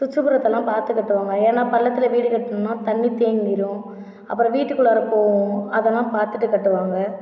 சுற்றுப்புறத்தலாம் பார்த்து கட்டுவாங்கள் ஏன்னால் பள்ளத்தில் வீடு கட்டணும்னா தண்ணித் தேங்கிடும் அப்புறம் வீட்டுக்குள்ளாற போகும் அதெல்லாம் பார்த்துட்டு கட்டுவாங்கள்